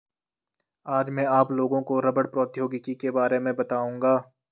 आज मैं आप लोगों को रबड़ प्रौद्योगिकी के बारे में बताउंगा